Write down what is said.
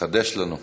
חדש לנו.